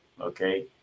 Okay